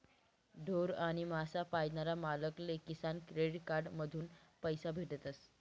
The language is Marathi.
ढोर आणि मासा पायनारा मालक ले किसान क्रेडिट कार्ड माधून पैसा भेटतस